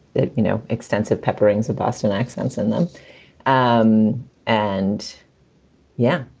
you know, extensive peppering to boston accents in them um and yeah,